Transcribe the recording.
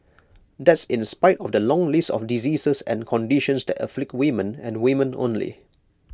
that's in spite of the long list of diseases and conditions that afflict women and women only